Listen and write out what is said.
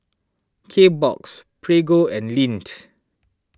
Kbox Prego and Lindt